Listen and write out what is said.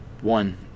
One